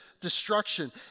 destruction